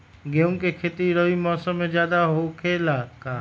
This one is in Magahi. गेंहू के खेती रबी मौसम में ज्यादा होखेला का?